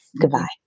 Goodbye